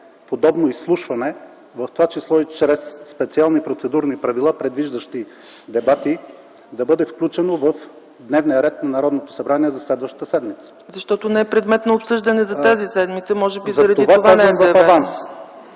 подобно изслушване, в това число и чрез специални процедурни правила, предвиждащи дебати, да бъде включено в дневния ред на Народното събрание за следващата седмица. ПРЕДСЕДАТЕЛ ЦЕЦКА ЦАЧЕВА: Защото не е предмет на обсъждане за тази седмица. Може би заради това не е заявено.